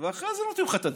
ואחרי זה נותנים לך את הדין,